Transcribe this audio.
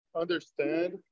understand